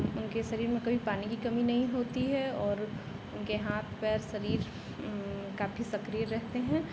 उनके शरीर में कभी पानी की कमी नहीं होती है और उनके हाथ पैर शरीर काफी सक्रिय रहते हैं